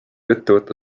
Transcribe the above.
ettevõtte